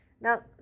now